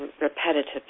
repetitive